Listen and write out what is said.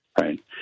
right